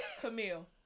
Camille